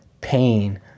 pain